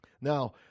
Now